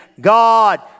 God